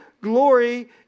glory